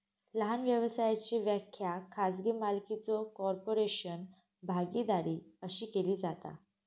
लहान व्यवसायाची व्याख्या खाजगी मालकीचो कॉर्पोरेशन, भागीदारी अशी केली जाता